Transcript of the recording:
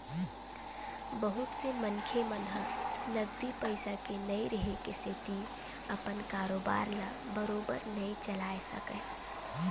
बहुत से मनखे मन ह नगदी पइसा के नइ रेहे के सेती अपन कारोबार ल बरोबर नइ चलाय सकय